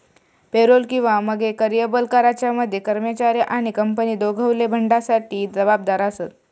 payroll किंवा मगे कर्यबल कराच्या मध्ये कर्मचारी आणि कंपनी दोघवले फंडासाठी जबाबदार आसत